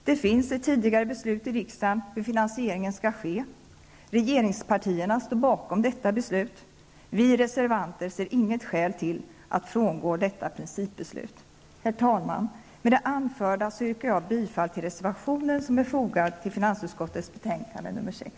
Det finns ett tidigare beslut i riksdagen om hur finansieringen skall ske. Regeringspartierna stod bakom detta beslut. Vi reservanter ser inget skäl till att frångå detta principbeslut. Herr talman! Med det anförda yrkar jag bifall till reservationen som är fogad till finansutskottets betänkande nr 6.